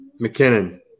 McKinnon